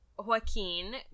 Joaquin